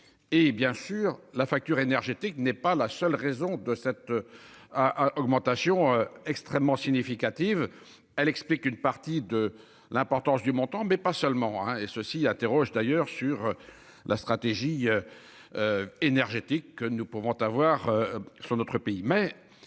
Hé bien sûr la facture énergétique n'est pas la seule raison de cette. Ah ah augmentation extrêmement significative, elle explique une partie de l'importance du montant mais pas seulement hein et ceci interroge d'ailleurs sur la stratégie. Énergétique, nous pouvons avoir sur notre pays